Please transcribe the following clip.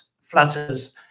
flutters